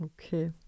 okay